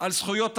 לזכויות אדם.